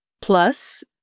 Plus